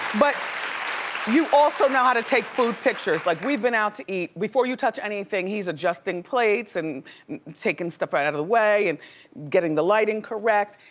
but you also know how to take food pictures. like we've been out to eat, before you touch anything, he's adjusting plates and taking stuff out of the way and getting the lighting correct,